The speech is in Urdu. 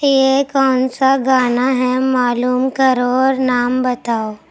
یہ کون سا گانا ہے معلوم کرو اور نام بتاؤ